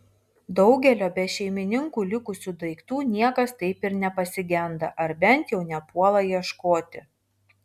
daugelio be šeimininkų likusių daiktų niekas taip ir nepasigenda ar bent jau nepuola ieškoti